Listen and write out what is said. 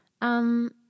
Um